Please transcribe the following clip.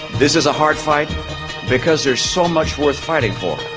this is a hard fight because there's so much worth fighting for.